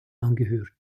angehört